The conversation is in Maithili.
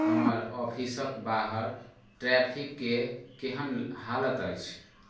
हमर ऑफिसक बाहर ट्रैफिकक केहन हालति अछि